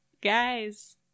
guys